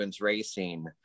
racing